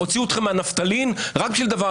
הוציאו אתכם מהנפטלין רק בשביל דבר